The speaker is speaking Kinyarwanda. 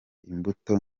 imbuto